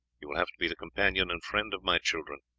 you will have to be the companion and friend of my children,